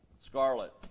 Scarlet